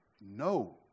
No